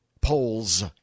Polls